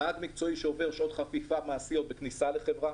נהג מקצועי שעובר שעות חפיפה מעשיות בכניסה לחברה